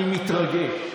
אני מתרגש,